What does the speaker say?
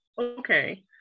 okay